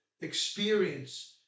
experience